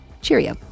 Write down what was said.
Cheerio